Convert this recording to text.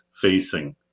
facing